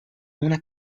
una